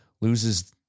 loses